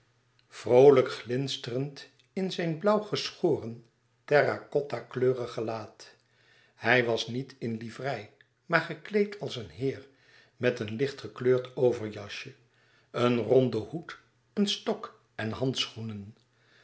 glinsterend in zijn blauw geschoren terracottakleurig gelaat hij was niet in liverei maar gekleed als een heer met een licht gekleurd overjasje een ronden hoed een stok en handschoenen